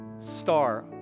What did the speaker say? star